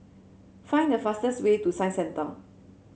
find the fastest way to Science Centre